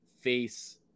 face